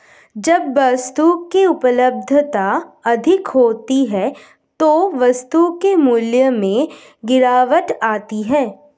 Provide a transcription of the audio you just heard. जब वस्तु की उपलब्धता अधिक होती है तो वस्तु के मूल्य में गिरावट आती है